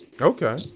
Okay